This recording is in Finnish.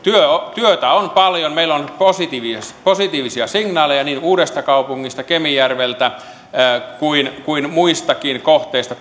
työtä on paljon meillä on positiivisia signaaleja niin uudestakaupungista kemijärveltä kuin kuin muistakin kohteista